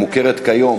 המוכרת כיום